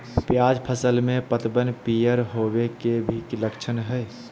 प्याज फसल में पतबन पियर होवे के की लक्षण हय?